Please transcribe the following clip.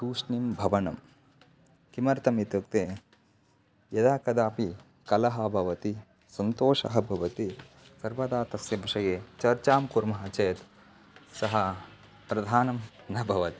तूष्णीम् भवनं किमर्थम् इत्युक्ते यदा कदापि कलहः भवति सन्तोषः भवति सर्वदा तस्य विषये चर्चां कुर्मः चेत् सः प्रधानः न भवति